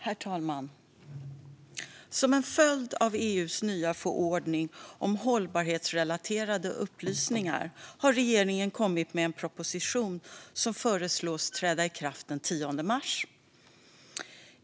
Herr talman! Som en följd av EU:s nya förordning om hållbarhetsrelaterade upplysningar har regeringen kommit med en proposition som föreslås träda i kraft den 10 mars.